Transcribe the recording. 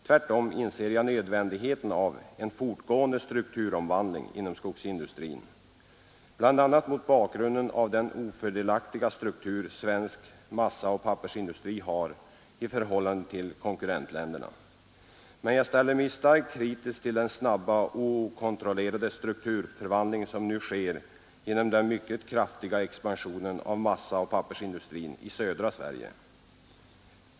Tvärtom inser jag nödvändigheten av en fortgående strukturomvandling inom skogsindustrin, bl.a. mot bakgrund av den ofördelaktiga struktur svensk massaoch pappersindustri har i förhållande till industrierna i konkurrentländerna. Men jag ställer mig starkt kritisk till den snabba och okontrollerade strukturomvandling som nu sker genom den mycket kraftiga expansionen av massaoch pappersindustrin i södra Sverige.